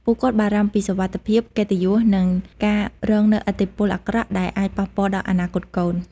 ពួកគាត់បារម្ភពីសុវត្ថិភាព កិត្តិយស និងការរងនូវឥទ្ធិពលអាក្រក់ដែលអាចប៉ះពាល់ដល់អនាគតកូន ។